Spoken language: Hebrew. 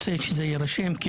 אנחנו עכשיו נותנים לכם את זה ישר.